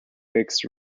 fixed